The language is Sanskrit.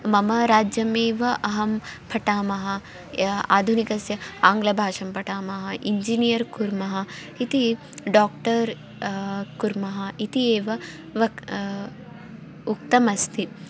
मम राज्यमेव अहं पठामः या आधुनिकस्य आङ्ग्लभाषां पठामः इञ्जिनियर् कुर्मः इति डाक्टर् कुर्मः इति एव वक् उक्तम् अस्ति